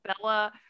bella